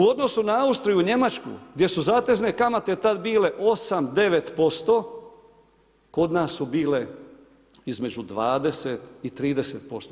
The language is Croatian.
U odnosu na Austriju, Njemačku gdje su zatezne kamate tad bile 8, 9%, kod nas su bile između 20 i 30%